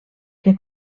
que